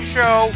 Show